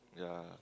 ya